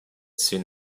soon